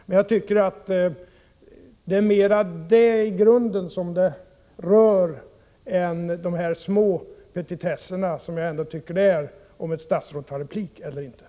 Det är dock mera detta saken rör än sådana små petitesser som om statsråd tar replik eller inte.